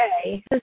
okay